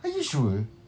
are you sure